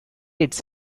its